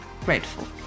grateful